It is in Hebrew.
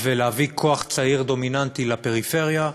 ולהביא כוח צעיר ודומיננטי לפריפריה,